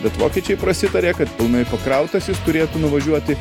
bet vokiečiai prasitarė kad pilnai pakrautas jis turėtų nuvažiuoti